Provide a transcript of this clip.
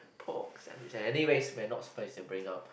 pork sandwich I I think race we're not supposed to bring up